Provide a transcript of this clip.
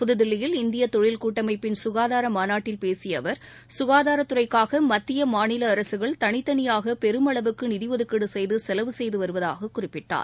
புதுதில்லியில் இந்தியதொழில் கூட்டமைப்பின் சுகாதாரமாநாட்டில் பேசியஅவர் சுகாதாரத்துறைக்காகமத்தியமாநிலஅரசுகள் தனித்தனியாகபெருமளவுக்குநிதிஒதுக்கீடுசெய்துசெலவு செய்துவருவதாகக் குறிப்பிட்டார்